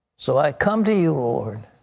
so i come to you, lord,